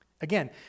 Again